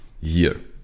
year